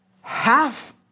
Half